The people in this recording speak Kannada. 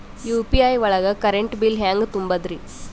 ಯು.ಪಿ.ಐ ಒಳಗ ಕರೆಂಟ್ ಬಿಲ್ ಹೆಂಗ್ ತುಂಬದ್ರಿ?